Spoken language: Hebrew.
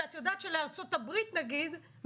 שאת יודעת שלארצות הברית נגיד,